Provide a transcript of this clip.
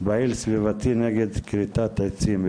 פעיל סביבתי נגד כריתת עצים,